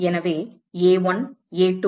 எனவே A1 A2